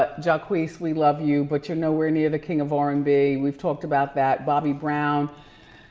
ah jacquees we love you but you're nowhere near the king of r and b, we've talked about that. bobby brown.